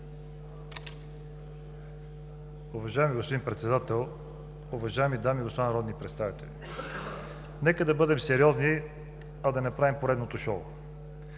Уважаеми господин Председател, уважаеми дами и господа народни представители! Нека да бъдем сериозни, а да не правим поредното шоу.